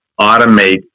automate